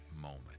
moment